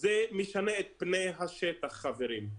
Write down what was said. זה משנה את פני השטח, חברים.